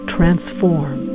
Transform